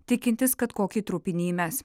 tikintis kad kokį trupinį įmes